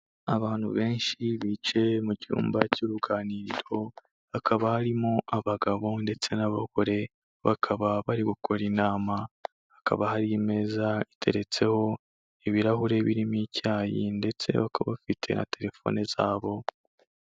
Abantu benshi bicaye mu cyumba cy'uruganiriro hakaba harimo abagabo ndetse n'abagore bakaba bari gukora inama, hakaba hari meza iteretseho ibirahuri birimo icyayi ndetse bakaba bafite na telefoni zabo.